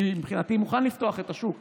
אני, מבחינתי, מוכן לפתוח את השוק.